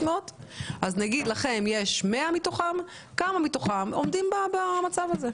מרפאות ונרצה לדעת כמה מתוכן עומדות במצב הזה.